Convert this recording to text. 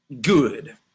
good